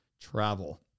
travel